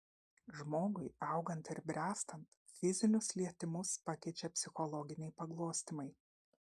žmogui augant ir bręstant fizinius lietimus pakeičia psichologiniai paglostymai